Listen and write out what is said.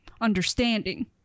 understanding